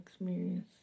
experience